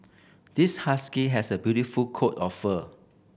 this husky has a beautiful coat of fur